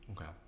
okay